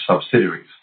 subsidiaries